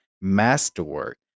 masterwork